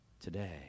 today